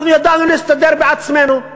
אנחנו ידענו להסתדר בעצמנו,